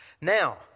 Now